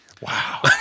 Wow